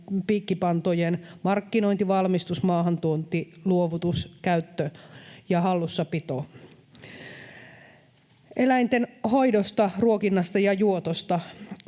piikkipantojen, markkinointi, valmistus, maahantuonti, luovutus, käyttö ja hallussapito. Eläinten hoidosta, ruokinnasta ja juotosta: